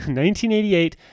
1988